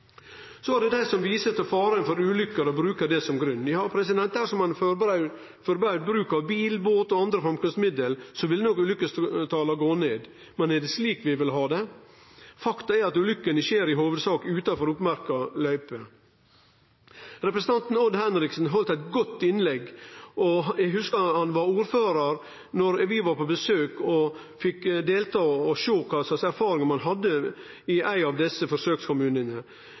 Så er det dei som viser til faren for ulykker og bruker det som grunn. Ja, dersom ein forbaud bruk av bil, båt og andre framkomstmiddel, ville nok ulykkestala gå ned, men er det slik vi vil ha det? Faktum er at ulykkene skjer i hovudsak utanfor oppmerkte løyper. Representanten Odd Henriksen heldt eit godt innlegg. Eg hugsar han var ordførar då vi var på besøk og fekk sjå kva slags erfaringar ein hadde i ein av desse forsøkskommunane.